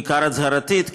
בעיקר אזהרתית,